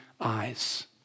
eyes